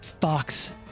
fox